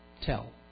Tell